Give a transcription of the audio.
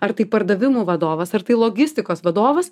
ar tai pardavimų vadovas ar tai logistikos vadovas